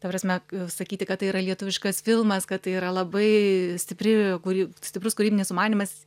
ta prasme sakyti kad tai yra lietuviškas filmas kad tai yra labai stipri kuri stiprus kūrybinis sumanymas